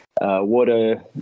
water